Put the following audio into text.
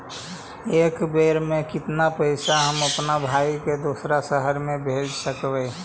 एक बेर मे कतना पैसा हम अपन भाइ के दोसर शहर मे भेज सकबै?